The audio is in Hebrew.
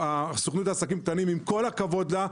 הסוכנות לעסקים קטנים עם כל הכבוד לה,